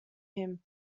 him